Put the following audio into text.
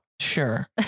Sure